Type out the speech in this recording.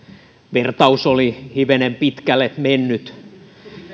vertaus oli hivenen pitkälle mennyt